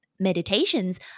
meditations